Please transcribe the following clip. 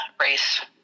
race